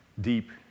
Deep